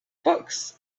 books